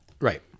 right